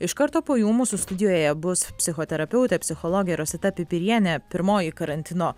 iš karto po jų mūsų studijoje bus psichoterapeutė psichologė rosita pipirienė pirmoji karantino